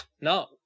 No